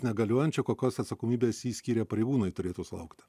negaliojančiu kokios atsakomybės jį skyrę pareigūnai turėtų sulaukt